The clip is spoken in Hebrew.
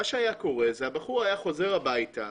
אז מה שהיה קורה הוא שהבחור היה חוזר הביתה,